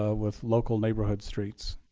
ah with local neighborhood streets.